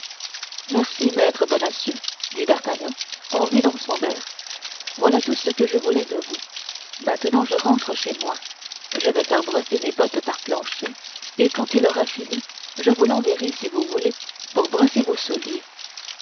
merci maître bonacieux dit d'artagnan en vidant son verre voilà tout ce que je voulais de vous maintenant je rentre chez moi je vais faire brosser mes bottes par planchet et quand il aura fini je vous l'enverrai si vous voulez pour brosser vos souliers